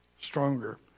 Stronger